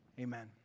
Amen